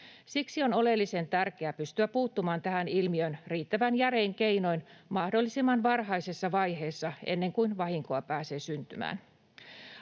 Siksi on oleellisen tärkeää pystyä puuttumaan tähän ilmiöön riittävän järein keinoin mahdollisimman varhaisessa vaiheessa, ennen kuin vahinkoa pääsee syntymään.